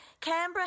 Canberra